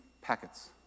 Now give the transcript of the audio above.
packets